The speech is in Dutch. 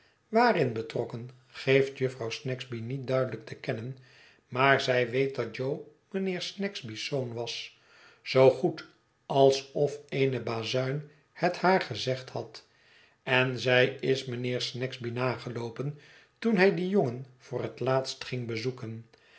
waarin betrokken geeft jufvrouw snagsby niet duidelijk te kennen maar zij weet dat jo mijnheer snagsby's zoon was zoo goed alsof eene bazuin het haar gezegd had en zij is mijnheer snagsby nageloopen toen hij dien jongen voor het laatst ging bezoeken